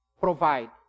provide